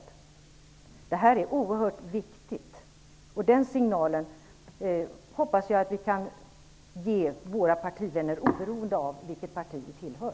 Det här är oerhört viktigt. Jag hoppas att vi kan ge den signalen till våra partivänner, oberoende av vilket parti vi tillhör.